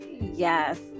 yes